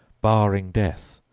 barring death,